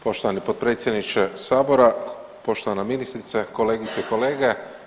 Poštovani potpredsjedniče Sabora, poštovana ministrice, kolegice i kolege.